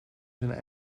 zijn